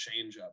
changeup